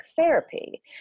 therapy